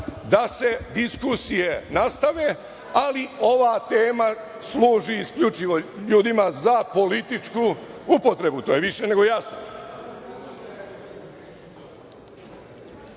da se diskusije nastave, ali ova tema služi isključivo ljudima za političku upotrebu. To je više nego jasno. Dakle,